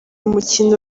mukino